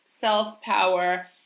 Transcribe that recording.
self-power